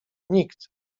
nikt